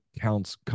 Counts